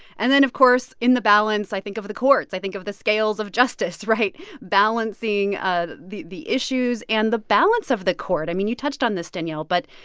and then, of course, in the balance i think of the courts. i think of the scales of justice right balancing ah the the issues and the balance of the court. i mean, you touched on this, danielle. but,